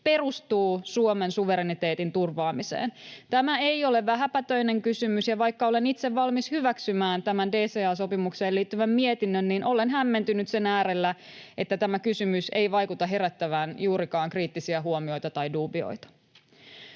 perustuu Suomen suvereniteetin turvaamiseen. Tämä ei ole vähäpätöinen kysymys, ja vaikka olen itse valmis hyväksymään tämän DCA-sopimukseen liittyvän mietinnön, niin olen hämmentynyt sen äärellä, että tämä kysymys ei vaikuta herättävän juurikaan kriittisiä huomioita tai duubioita.